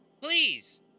please